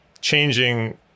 changing